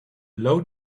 low